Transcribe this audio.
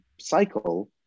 cycle